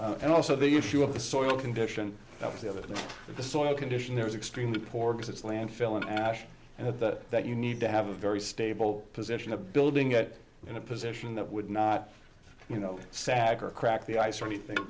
so and also the issue of the soil condition that was the other thing the soil condition there is extremely poor because it's landfill in ash and that that you need to have a very stable position a building it in a position that would not you know sag or crack the ice or anything